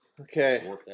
Okay